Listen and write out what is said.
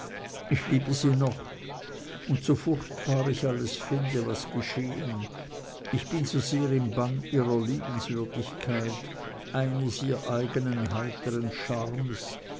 ich liebe sie noch und so furchtbar ich alles finde was geschehen ich bin so sehr im bann ihrer liebenswürdigkeit eines ihr eigenen heiteren